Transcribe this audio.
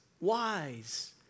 wise